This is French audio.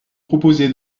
proposé